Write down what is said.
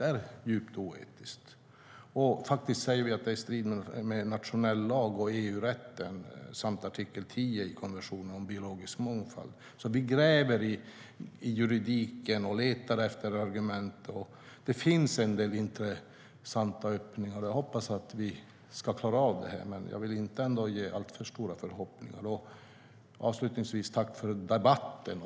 Vi säger också att det är i strid med internationell lag och EU-rätten samt artikel 10 i konventionen om biologisk mångfald. Vi gräver i juridiken och letar efter argument. Det finns en del intressanta öppningar. Jag hoppas att vi ska klara av det här, men jag vill ändå inte ge alltför stora förhoppningar. Avslutningsvis: Tack för debatten!